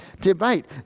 debate